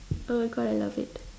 oh my god I love it